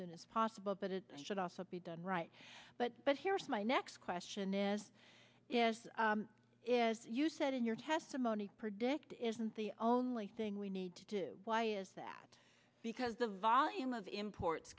soon as possible but it should also be done right but but here's my next question is yes it as you said in your testimony predict isn't the only thing we need to do why is that because the volume of imports